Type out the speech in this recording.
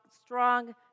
strong